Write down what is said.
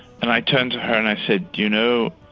and i turned to her and i said, do you know,